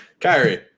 Kyrie